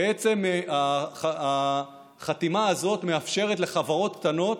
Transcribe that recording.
בעצם החתימה הזאת מאפשרת לחברות קטנות